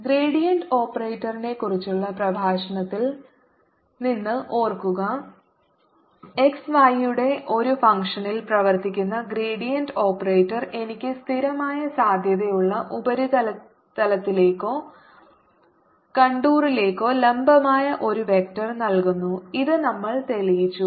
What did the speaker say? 4x29y236 gradient ഓപ്പറേറ്ററിനെക്കുറിച്ചുള്ള പ്രഭാഷണങ്ങളിൽ നിന്ന് ഓർക്കുക x y യുടെ ഒരു ഫംഗ്ഷനിൽ പ്രവർത്തിക്കുന്ന ഗ്രേഡിയന്റ് ഓപ്പറേറ്റർ എനിക്ക് സ്ഥിരമായ സാധ്യതയുള്ള ഉപരിതലത്തിലേക്കോ കോണ്ടറിലേക്കോ ലംബമായ ഒരു വെക്റ്റർ നൽകുന്നു ഇത് നമ്മൾ തെളിയിച്ചു